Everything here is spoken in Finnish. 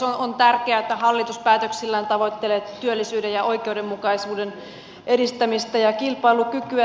on tärkeää että hallitus päätöksillään tavoittelee työllisyyden ja oikeudenmukaisuuden edistämistä ja kilpailukykyä